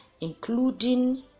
including